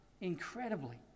Incredibly